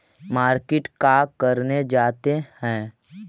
Market का करने जाते हैं?